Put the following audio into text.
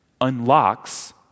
unlocks